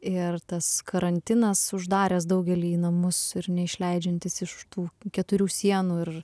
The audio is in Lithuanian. ir tas karantinas uždaręs daugelį į namus ir neišleidžiantis iš tų keturių sienų ir